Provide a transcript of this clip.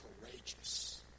courageous